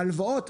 והלוואות,